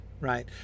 right